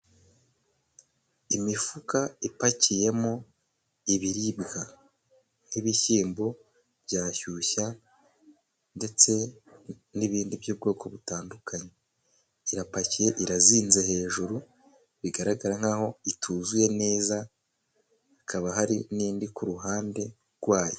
Imifuka ipakiyemo ibiribwa, nk'ibishyimbo bya shyushya ndetse n'ibindi by'ubwoko butandukanye, irapakiye irazinze hejuru bigaragara nk'aho ituzuye neza, hakaba hari n'indi ku ruhande rwayo.